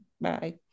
Bye